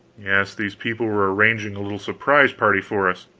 yes, these people were arranging a little surprise party for us.